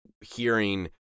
hearing